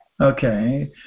okay